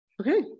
Okay